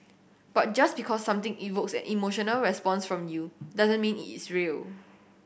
but just because something evokes an emotional response from you doesn't mean it is real